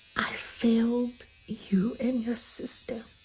i failed you and you sister,